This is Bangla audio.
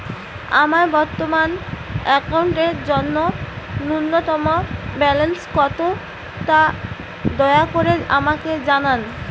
আমার বর্তমান অ্যাকাউন্টের জন্য ন্যূনতম ব্যালেন্স কত তা দয়া করে আমাকে জানান